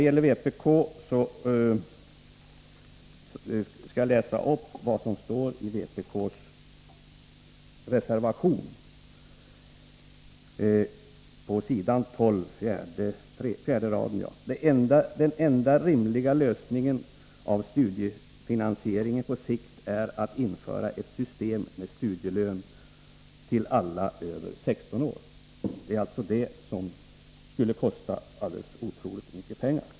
Vidare skall jag läsa upp vad som står i vpk:s reservation på s. 12, fjärde raden: ”Den enda rimliga lösningen av studiefinansieringen på sikt är att införa ett system med studielön till alla över 16 år.” Det är alltså det som skulle kosta otroligt mycket pengar!